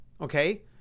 Okay